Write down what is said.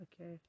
Okay